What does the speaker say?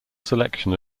selection